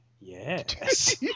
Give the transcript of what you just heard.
Yes